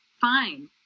fine